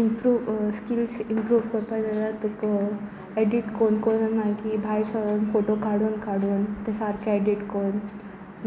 improve skills improve करपा जाय जाल्यार तुका एडीट करून करून मागीर भायर सरून फोटो काडून काडून ते सारकें एडीट करून